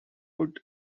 would